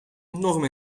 enorm